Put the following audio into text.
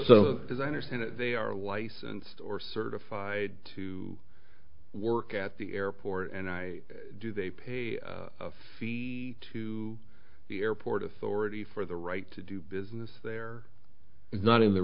as i understand it they are licensed or certified to work at the airport and i do they pay a fee to the airport authority for the right to do business there is not in the